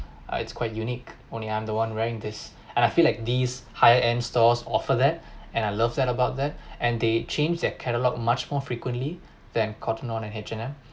uh it's quite unique only I am the one wearing this and I feel like these high end stores offer that and I love that about that and they change their catalog much more frequently than Cotton On and H&M